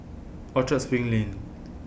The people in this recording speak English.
Orchard SPRING Lane